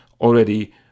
already